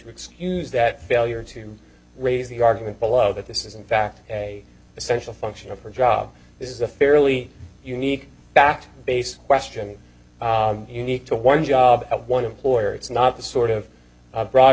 excuse that failure to raise the argument below that this is in fact a essential function of her job is a fairly unique fact based question you need to one job one employer it's not the sort of broad